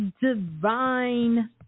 Divine